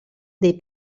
dei